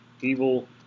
evil